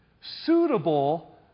suitable